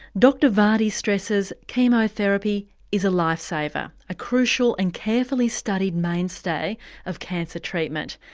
dr vardy stresses chemotherapy is a lifesaver, a crucial and carefully studied mainstay of cancer treatment.